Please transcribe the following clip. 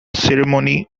ceremony